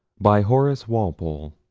by horace walpole,